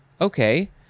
okay